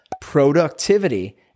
productivity